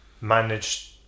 Managed